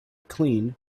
clean